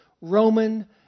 Roman